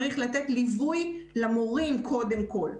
צריך לתת ליווי למורים קודם כל,